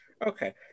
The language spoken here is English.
Okay